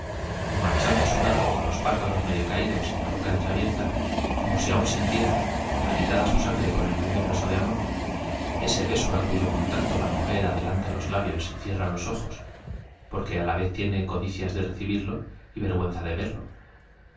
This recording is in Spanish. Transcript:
y marchando á su lado con los párpados medio caídos y la boca entreabierta como si aun sintiera agitada su sangre por el primer beso de amor ese beso á cuyo contacto la mujer ade lanta los labios y cierra los ojos porque á la vez tiene codicias de recibirlo y vergüenza de verlo